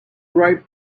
ripe